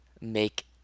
make